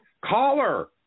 Caller